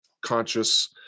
Conscious